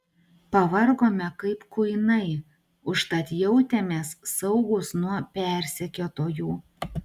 pavargome kaip kuinai užtat jautėmės saugūs nuo persekiotojų